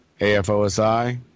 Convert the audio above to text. AFOSI